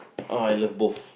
oh I love both